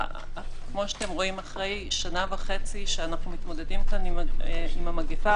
כמו שאתם רואים אחרי שנה וחצי שאנחנו מתמודדים כאן עם המגפה,